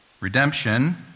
Redemption